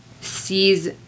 sees